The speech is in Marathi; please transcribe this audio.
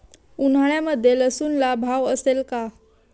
उन्हाळ्यामध्ये लसूणला भाव असेल का?